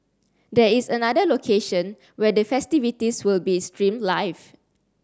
there is another location where the festivities will be streamed live